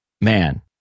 man